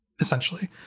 essentially